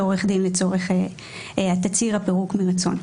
עורך דין לצורך התצהיר הפירוק מרצון.